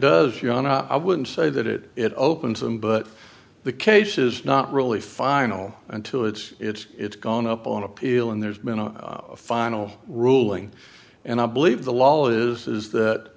does ya know i wouldn't say that it it opens them but the case is not really final until it's it's it's gone up on appeal and there's been a final ruling and i believe the law is that